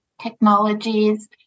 technologies